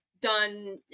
done